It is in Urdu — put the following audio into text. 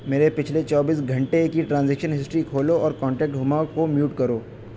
میرے پچھلے چوبیس گھنٹے کی ٹرانزیکشن ہسٹری کھولو اور کانٹیکٹ ہما کو میوٹ کرو